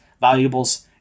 valuables